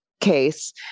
case